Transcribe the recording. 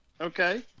Okay